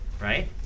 Right